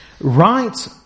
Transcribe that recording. right